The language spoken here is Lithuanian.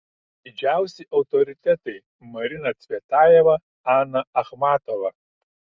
didžiausi autoritetai marina cvetajeva ana achmatova